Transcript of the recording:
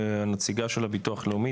הנציגה של הביטוח הלאומי,